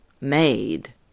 made